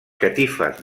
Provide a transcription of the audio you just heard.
catifes